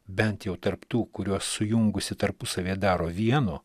bent jau tarp tų kuriuos sujungusi tarpusavyje daro vienu